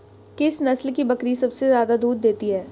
किस नस्ल की बकरी सबसे ज्यादा दूध देती है?